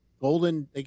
golden